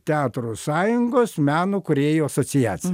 teatro sąjungos meno kūrėjų asociacija